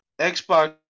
Xbox